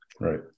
Right